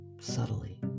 subtly